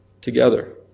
together